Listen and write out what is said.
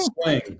sling